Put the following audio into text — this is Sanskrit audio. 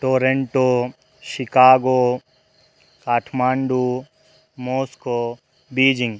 Toronto Chicago Kathmandu Moscow Beijing